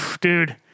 dude